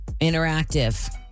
Interactive